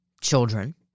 children